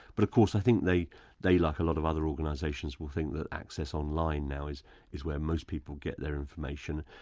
but of course i think they they like a lot of other organisations will think that access online now is is where most people get their information.